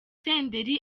senderi